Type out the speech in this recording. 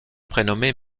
prénommée